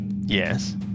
yes